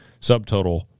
Subtotal